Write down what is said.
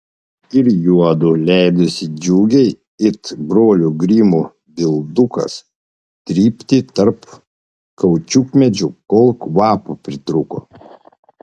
ir juodu leidosi džiugiai it brolių grimų bildukas trypti tarp kaučiukmedžių kol kvapo pritrūko